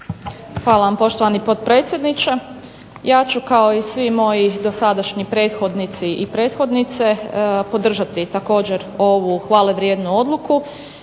Hvala vam poštovani potpredsjedniče. Ja ću kao i svi moji dosadašnji prethodnici i prethodnice podržati također ovu hvale vrijednu odluku,